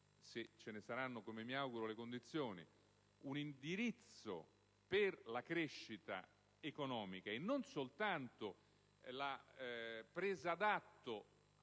se ce ne saranno - come mi auguro - le condizioni, un indirizzo per realizzare la crescita economica, e non soltanto la presa d'atto